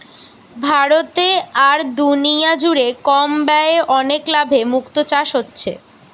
ভারতে আর দুনিয়া জুড়ে কম ব্যয়ে অনেক লাভে মুক্তো চাষ হচ্ছে